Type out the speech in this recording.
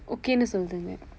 okay-nu சொல்லுதுங்க:nu solluthungka